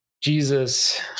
Jesus